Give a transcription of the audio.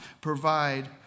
provide